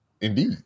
Indeed